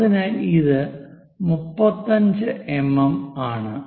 അതിനാൽ ഇത് 35 എംഎം ആണ്